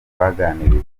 baganiriye